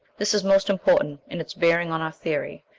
this is most important in its bearing on our theory,